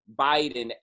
Biden